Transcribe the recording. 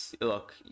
Look